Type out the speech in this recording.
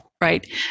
right